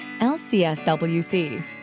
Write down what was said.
lcswc